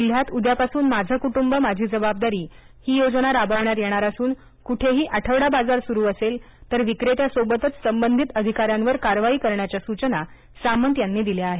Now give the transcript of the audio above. जिल्ह्यात उद्यापासून माझं कुटुंब माझी जबाबदारी योजना राबविण्यात येणार असून कुठेही आठवडा बाजार सुरू असेल तर विक्रेत्यासोबतच संबंधित अधिकाऱ्यावर कारवाई करण्याच्या सूचना सामंत यांनी दिल्या आहेत